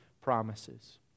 promises